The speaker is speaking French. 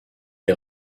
est